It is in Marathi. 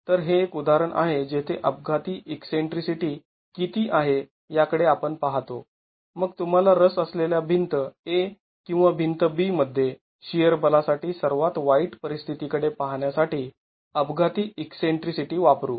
तर हे एक उदाहरण आहे जेथे अपघाती ईकसेंट्रीसिटी किती आहे याकडे आपण पाहतो मग तुम्हाला रस असलेल्या भिंत A किंवा भिंत B मध्ये शिअर बलासाठी सर्वात वाईट परिस्थिती कडे पाहण्यासाठी अपघाती ईकसेंट्रीसिटी वापरू